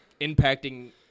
impacting